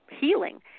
healing